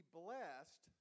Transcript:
blessed